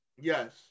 Yes